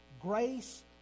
grace